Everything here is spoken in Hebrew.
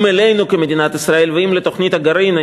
אם אלינו כמדינת ישראל ואם לתוכנית הגרעין?